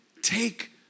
take